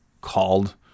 called